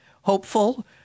hopeful